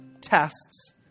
tests